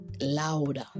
louder